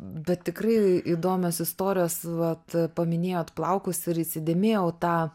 bet tikrai įdomios istorijos vat paminėjot plaukus ir įsidėmėjau tą